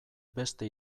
beste